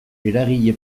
eragile